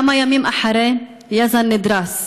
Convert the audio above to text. כמה ימים אחרי, יזן נדרס.